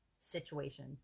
situation